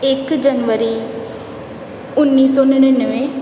ਇੱਕ ਜਨਵਰੀ ਉੱਨੀ ਸੌ ਨੜਿਨਵੇਂ